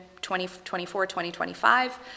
2024-2025